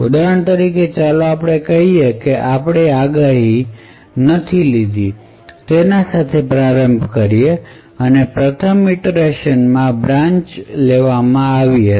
ઉદાહરણ તરીકે ચાલો આપણે કહીએ કે આપણે આગાહી ન લીધી તે સાથે પ્રારંભ કરીએ છીએ અને પ્રથમ ઇતરેશન માં બ્રાન્ચ લેવામાં આવી હતી